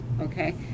Okay